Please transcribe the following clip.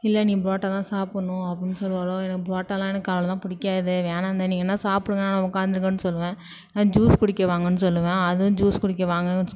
இல்லை நீ பரோட்டாதான் சாப்புடணும் அப்புடின்னு சொல்லுவாளோக எனக்கு பரோட்டாலாம் எனக்கு அவ்ளோதா பிடிக்காது வேணாந்தை நீங்கள் வேணா சாப்பிடுங்க நான் உட்காந்துருக்கேன்னு சொல்லுவேன் இல்லைனா ஜூஸ் குடிக்க வாங்கன்னு சொல்லுவேன் அதுவும் ஜூஸ் குடிக்க வாங்கன்னு